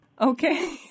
Okay